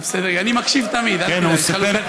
אני מקשיב תמיד, אל תדאג.